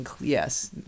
yes